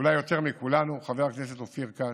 אולי יותר מכולנו, חבר הכנסת אופיר כץ,